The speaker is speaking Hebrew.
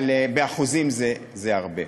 אבל באחוזים זה הרבה.